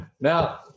Now